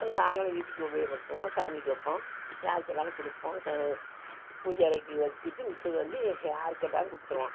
அது நாங்களும் வீட்டுக்கு உபயோகப்படுத்துவோம் சாமிக்கு வைப்போம் யாருக்கு வேணாலும் கொடுப்போம் ச பூஜை அறைக்கு வச்சிட்டு மிச்சத்தை வந்து யார் கேட்டாலும் கொடுத்துருவோம்